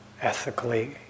ethically